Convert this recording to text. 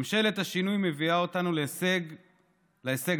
ממשלת השינוי מביאה אותנו להישג הבא: